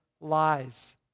lies